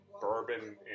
bourbon